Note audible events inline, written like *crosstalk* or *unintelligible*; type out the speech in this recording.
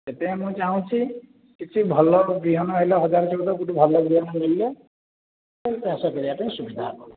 ସେଥିପାଇଁ ମୁଁ ଚାହୁଁଛି କିଛି ଭଲ ବିହନ ହେଲେ ହଜାରେ ଚଉଦ *unintelligible* ବିହନ ହେଲେ ଚାଷ କରିବାକୁ ସୁବିଧା ହେବ